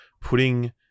putting